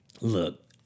look